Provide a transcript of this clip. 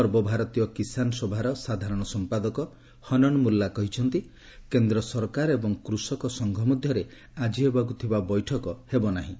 ସର୍ବଭାରତୀୟ କିଷାନ ସଭାର ସାଧାରଣ ସମ୍ପାଦକ ହନନ୍ ମୁଲ୍ଲା କହିଛନ୍ତି କେନ୍ଦ୍ର ସରକାର ଏବଂ କୃଷକ ସଂଘ ମଧ୍ୟରେ ଆଜି ହେବାକୁ ଥିବା ବୈଠକ ହେବ ନାହିଁ